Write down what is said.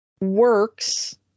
Works